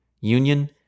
union